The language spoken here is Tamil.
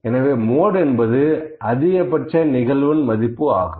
எனவே மோடு என்பது அதிகபட்சமான நிகழ்வெண் மதிப்பு ஆகும்